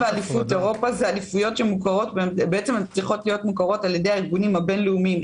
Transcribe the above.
מוכרות על-ידי הארגונים הבין-לאומיים.